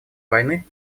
войны